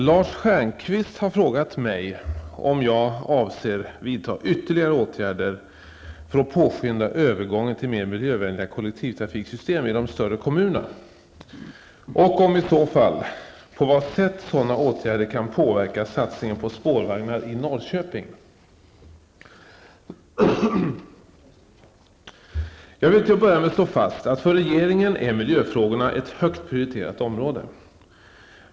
Lars Stjernkvist har frågat mig om jag avser att vidta ytterligare åtgärder för att påskynda övergången till mer miljövänliga kollektivtrafiksystem i de större kommunerna och, i så fall, på vad sätt sådana åtgärder kan påverka satsningen på spårvagnar i Norrköping. Jag vill till att börja med slå fast att för regeringen är miljöfrågorna ett högt prioriterat område.